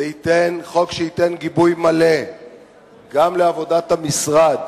זה חוק שייתן גיבוי מלא גם לעבודת המשרד,